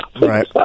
Right